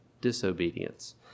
disobedience